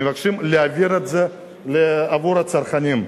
מבקשים להעביר את זה עבור הצרכנים.